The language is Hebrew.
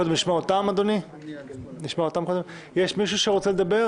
חשב הכנסת, בבקשה.